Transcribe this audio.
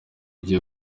ugiye